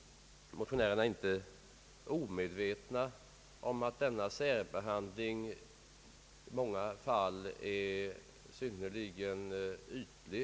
Motionärerna är inte omedvetna om att denna särbehandling i många fall är synnerligen ytlig.